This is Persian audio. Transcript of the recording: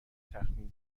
تخمین